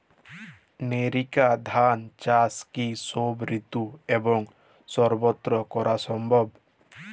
NERICA ধান চাষ কি সব ঋতু এবং সবত্র করা সম্ভব?